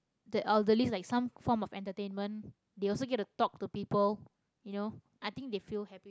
the elderlies like some form of entertainment they also get to talk to people you know I think they feel happy